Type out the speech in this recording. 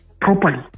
properly